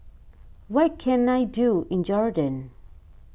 what can I do in Jordan